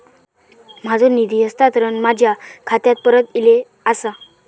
माझो निधी हस्तांतरण माझ्या खात्याक परत इले आसा